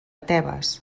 tebes